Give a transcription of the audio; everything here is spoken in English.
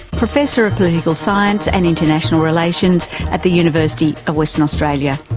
professor of political science and international relations at the university of western australia.